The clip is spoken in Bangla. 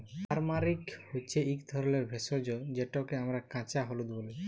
টারমারিক হছে ইক ধরলের ভেষজ যেটকে আমরা কাঁচা হলুদ ব্যলি